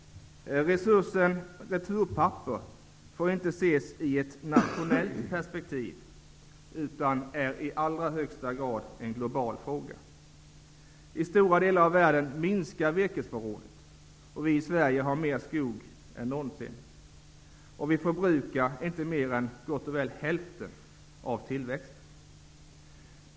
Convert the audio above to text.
Resursen returpapper får inte ses i ett nationellt perspektiv, utan det här är i allra högsta grad en global fråga. I stora delar av världen minskar virkesförrådet, medan vi i Sverige har mer skog än någonsin. Vi förbrukar inte mer än drygt hälften av tillväxten.